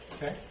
Okay